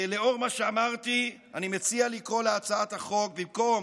לאור מה שאמרתי, אני מציע לקרוא להצעת החוק במקום